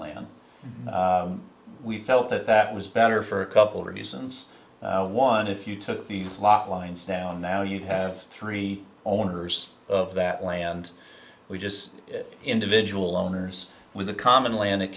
and we felt that that was better for a couple reasons one if you took these lot lines down now you have three owners of that land we just individual owners with a common land it